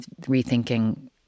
rethinking